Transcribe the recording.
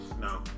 No